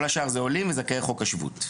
כל השאר הם עולים וזכאי חוק השבות.